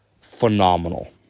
Phenomenal